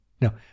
Now